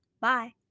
Bye